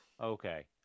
okay